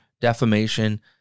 defamation